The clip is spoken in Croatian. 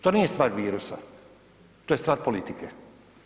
To nije stvar virusa, to je stvar politike.